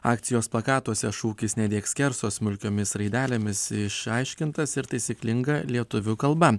akcijos plakatuose šūkis nedėk skerso smulkiomis raidelėmis išaiškintas ir taisyklinga lietuvių kalba